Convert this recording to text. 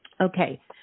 Okay